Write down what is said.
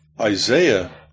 isaiah